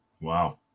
Wow